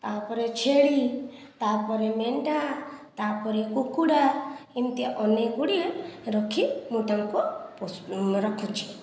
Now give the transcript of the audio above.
ତାପରେ ଛେଳି ତାପରେ ମେଣ୍ଢା ତାପରେ କୁକୁଡ଼ା ଏମିତିଆ ଅନେକ ଗୁଡ଼ିଏ ରଖି ମୁଁ ତାଙ୍କୁ ରଖୁଛି